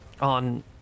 on